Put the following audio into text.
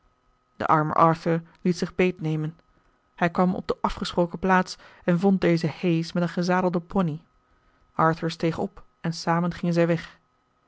de arme arthur liet zich beet nemen hij kwam op de afgesproken plaats en vond dezen hayes met een gezadelde ponny arthur steeg op en samen gingen zij weg